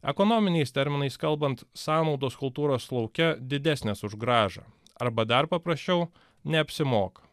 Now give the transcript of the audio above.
ekonominiais terminais kalbant sąnaudos kultūros lauke didesnės už grąžą arba dar paprasčiau neapsimoka